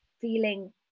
feeling